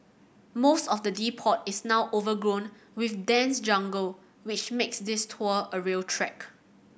most of the depot is now overgrown with dense jungle which makes this tour a real trek